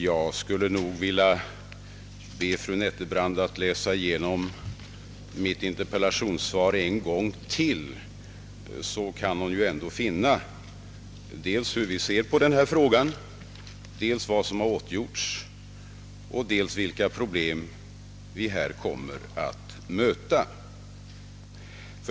Jag skulle nog vilja be fru Nettelbrandt att läsa igenom mitt interpellationssvar en gång till, så kan hon ju ändå finna dels hur vi ser på den här frågan, dels vad som har åtgjorts och dels vilka problem vi kommer att möta.